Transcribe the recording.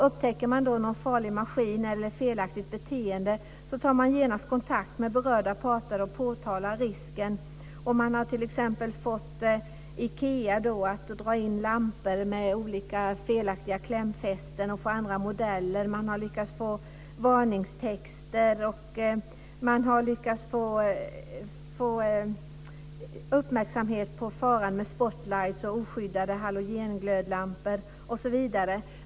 Upptäcker man någon farlig maskin eller felaktigt beteende tar man genast kontakt med berörda parter och påtalar risken. Man har t.ex. fått Ikea att dra in lampor med olika felaktiga klämfästen och ta fram andra modeller. Man har lyckats få varningstexter och uppmärksamhet på faran med spotlighter och oskyddade halogenglödlampor, osv.